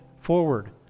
forward